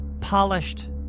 polished